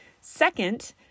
Second